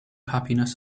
happiness